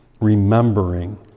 remembering